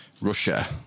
Russia